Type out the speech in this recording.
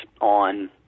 on